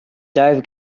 doedd